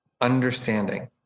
understanding